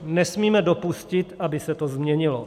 Nesmíme dopustit, aby se to změnilo.